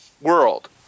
world